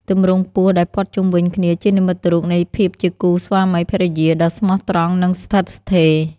ទម្រង់ពស់ដែលព័ន្ធជុំវិញគ្នាជានិមិត្តរូបនៃភាពជាគូរស្វាមីភរិយាដ៏ស្មោះត្រង់និងស្ថិតស្ថេរ។